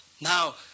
Now